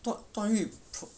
段段誉